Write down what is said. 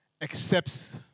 accepts